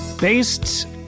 Based